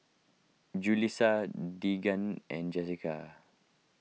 Julissa Deegan and Jessica